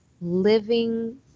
living